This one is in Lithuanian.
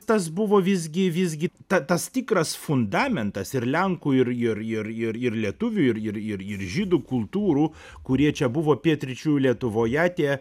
tas buvo visgi visgi ta tas tikras fundamentas ir lenkų ir ir ir ir lietuvių ir ir ir žydų turų kurie čia buvo pietryčių lietuvoje tie